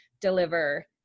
deliver